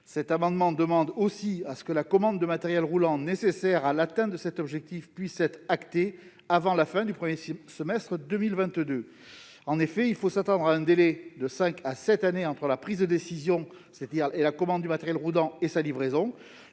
Nous demandons aussi que la commande de matériel roulant nécessaire pour atteindre cet objectif soit décidée avant la fin du premier semestre de 2022. En effet, il faut s'attendre à ce qu'un délai de cinq à sept ans sépare la prise de décision, c'est-à-dire la commande du matériel roulant, et la livraison.